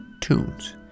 tunes